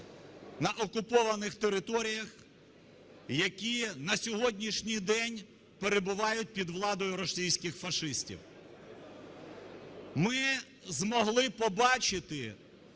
на окупованих територіях, які на сьогоднішній день перебувають під владою рашистських фашистів. Ми змогли побачити